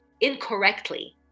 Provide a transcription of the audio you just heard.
incorrectly